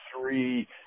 three